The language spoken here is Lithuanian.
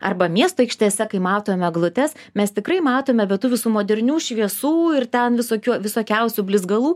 arba miesto aikštėse kai matome eglutes mes tikrai matome be tų visų modernių šviesų ir ten visokio visokiausių blizgalų